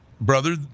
brother